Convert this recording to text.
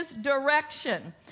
direction